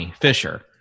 Fisher